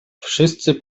wszyscy